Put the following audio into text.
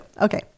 Okay